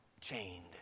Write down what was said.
chained